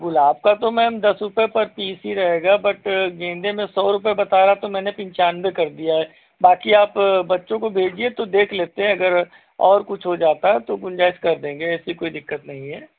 गुलाब का तो मैम दस रुपये पर पीस ही रहेगा बट गेंदे मैं सौ रुपये बता रहा तो मैंने पंचानवे कर दिया है बाक़ी आप बच्चों को भेजिए तो देख लेते हैं अगर और कुछ हो जाता है तो गुंजाइश कर देंगे ऐसी कोई दिक़्क़त नहीं है